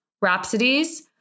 rhapsodies